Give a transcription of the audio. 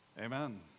Amen